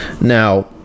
Now